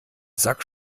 sack